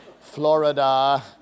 Florida